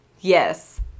Yes